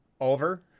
over